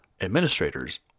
administrators